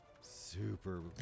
super